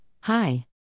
hi